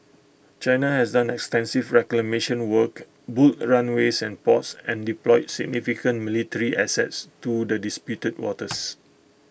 China has done extensive reclamation work boot A runways and ports and deployed significant military assets to the disputed waters